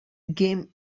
game